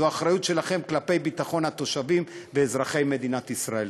זו אחריות שלכם כלפי ביטחון התושבים ואזרחי מדינת ישראל.